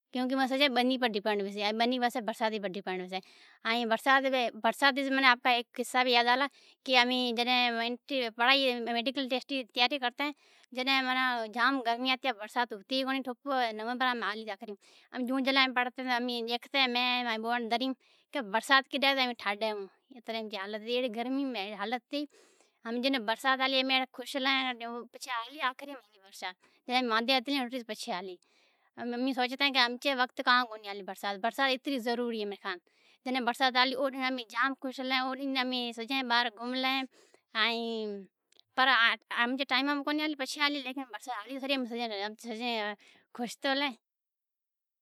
کیوں کہ او سجا بنی تے ڈپینڈ ہوئیسیں ائیں برسات پڑے تو امیں ہیک قصہ بھی یاد آ لا کہ پڑہائی میڈیکل ٹیسٹ ری تیاری کرتیں جڈینہں جام گرمی ہتی جون جولائی میں پڑہتیں تڈنہں ڈیکھتیں کہ برسات کڈہیں آوے ٹھاڈ پرلے ایتری گرمی میں اہڑی حالت ہتی کہ برسات آلی تو امیں اہڑیں خوش تھیں جکو آخری مہینے میں برسات ہالی۔ برسات ایتری ضروری اہے جڈنہں برسات آلی تو امیں ڈاہیں خوش تھیں باہر گھومی لیں او ٹائیماں ماں برسات ہالی۔